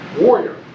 Warrior